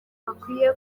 bakwiye